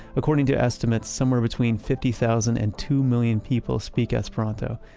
according to estimates, somewhere between fifty thousand and two million people speak esperanto.